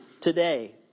today